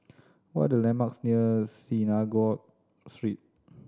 what are the landmarks near Synagogue Street